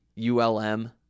ULM